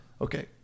Okay